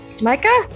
Micah